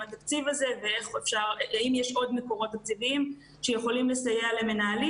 התקציב הזה ואם יש עוד מקורות תקציביים שיכולים לסייע למנהלים.